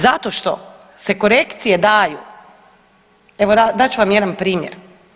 Zato što se korekcije daju, evo dat ću vam jedan primjer.